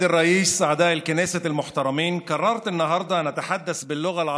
(אומר דברים בשפה הערבית, להלן תרגומם: